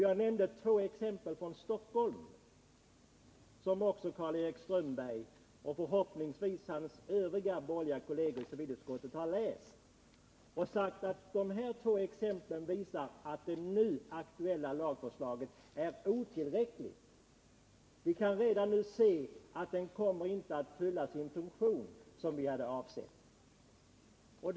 Jag nämnde två exempel från Stockholm, som visar att det nu aktuella lagförslaget är otillräckligt. Jag hoppas att också Karl-Erik Strömberg och hans borgerliga kolleger i civilutskottet har studerat dessa två exempel. Vi kan redan nu se att lagförslaget inte kommer att fylla den av oss avsedda funktionen.